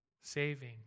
Saving